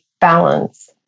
balance